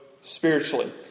spiritually